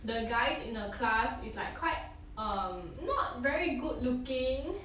the guys in the class is like quite um not very good looking